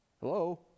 hello